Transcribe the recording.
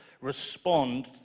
respond